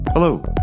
Hello